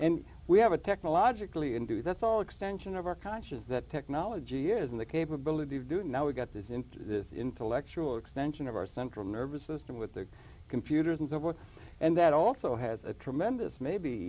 end we have a technologically undo that's all extension of our conscious that technology is in the capability of doing now we've got this into this intellectual extension of our central nervous system with the computers and so forth and that also has a tremendous maybe